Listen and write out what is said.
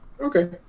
Okay